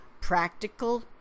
practical